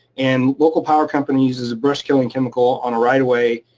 and local power company uses a brush killing chemical on a right of way.